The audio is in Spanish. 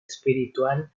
espiritual